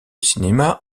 cinéma